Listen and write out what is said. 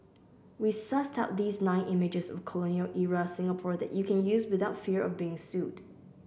we sussed out these nine images of colonial era Singapore that you can use without fear of being sued